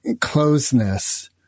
closeness